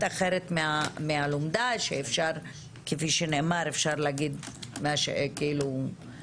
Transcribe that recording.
אחרת מהלומדה שכפי שנאמר אפשר להקיש בה "Enter",